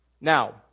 Now